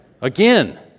again